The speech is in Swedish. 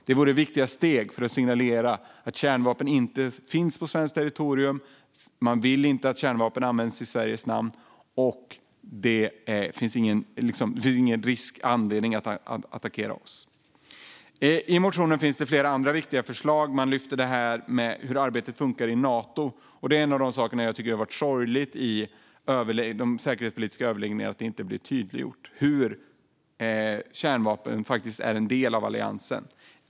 Det vore viktiga steg för att signalera att kärnvapen inte finns på svenskt territorium, att man inte vill att kärnvapen används i Sveriges namn och att det inte finns någon anledning att attackera oss. I motionen finns det flera andra viktiga förslag. Man lyfter hur arbetet funkar i Nato. En av de saker jag tycker har varit sorgliga i de säkerhetspolitiska överläggningarna är att det inte har blivit tydliggjort hur kärnvapen faktiskt är en del av alliansen.